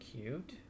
cute